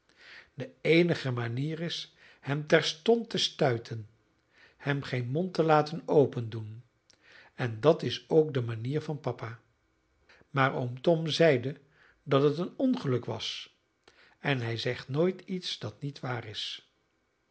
de eenige manier is hem terstond te stuiten hem geen mond te laten opendoen en dat is ook de manier van papa maar oom tom zeide dat het een ongeluk was en hij zegt nooit iets dat niet waar is